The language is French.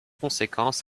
conséquence